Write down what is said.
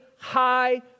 high